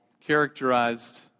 characterized